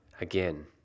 Again